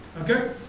okay